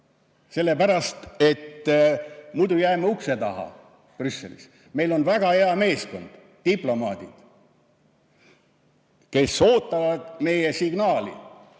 Sellepärast, et muidu jääme ukse taha Brüsselis. Meil on väga hea meeskond, diplomaadid, kes ootavad meie signaali,